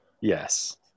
Yes